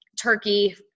turkey